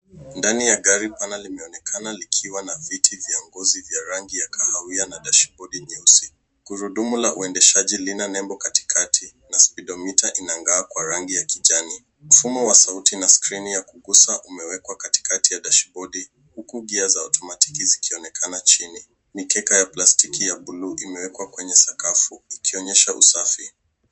Ndani ya gari pana limeonekana likiwa na viti vya ngozi vya rangi ya kahawia na dashibodi nyeusi. Gurudumu la uendeshaji lina nembo katikati na speedometer inang'aa kwa rangi ya kijani. Mfumo wa sauti na skrini ya kugusa umewekwa katikati ya dashibodi, huku gia za automatic zikionenaka chini. Mikeka ya plastiki ya bluu, imewekwa kwenye sakafu ikionyesha usafi.